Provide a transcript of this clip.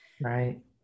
right